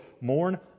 mourn